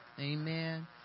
Amen